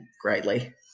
greatly